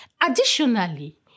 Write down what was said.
Additionally